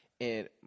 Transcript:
and-